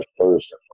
first